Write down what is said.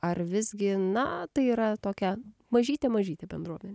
ar visgi na tai yra tokia mažytė mažytė bendruomenė